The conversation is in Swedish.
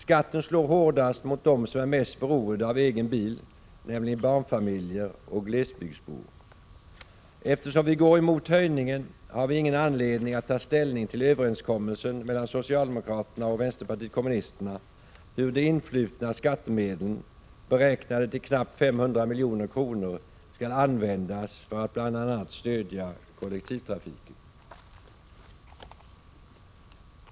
Skatten slår hårdast mot dem som är mest beroende av egen bil, nämligen barnfamiljer och glesbygdsbor. Eftersom vi går emot höjningen har vi ingen anledning att ta ställning till överenskommelsen mellan socialdemokraterna och vänsterpartiet kommunisterna om hur de influtna skattemedlen, beräknade till knappt 500 milj.kr., skall användas för att bl.a. stödja kollektivtrafiken.